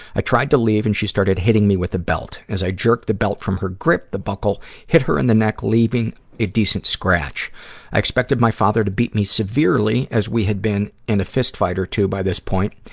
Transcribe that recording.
i tried to leave, and she started hitting me with the belt. as i jerked the belt from her grip, the buckle hit her in the neck, leaving a decent scratch. scratch. i expected my father to beat me severely, as we had been in a fist fight or two by this point.